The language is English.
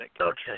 Okay